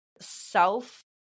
self